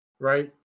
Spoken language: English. Right